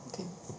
okay